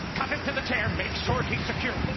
cuff him to the chair, make sure he's secure.